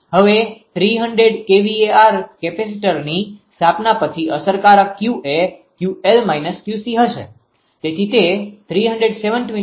હવે 300 kVAr કેપેસિટરની સ્થાપના પછી અસરકારક Q એ 𝑄𝐿 − 𝑄𝐶 હશે તેથી તે 317